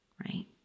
right